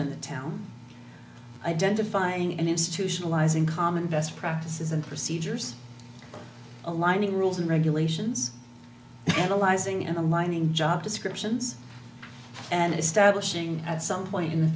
and the town identifying and institutionalizing common best practices and procedures aligning rules and regulations analyzing in a mining job descriptions and establishing at some point in the